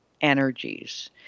energies